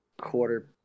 quarter